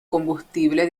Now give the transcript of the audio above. combustible